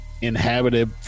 inhabited